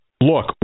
look